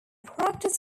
practice